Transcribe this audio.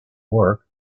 work